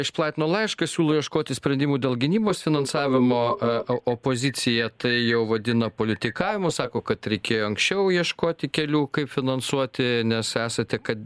išplatino laišką siūlo ieškoti sprendimų dėl gynybos finansavimo a o opozicija tai jau vadina politikavimu sako kad reikėjo anksčiau ieškoti kelių kaip finansuoti nes esate kad